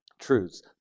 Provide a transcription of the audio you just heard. Truths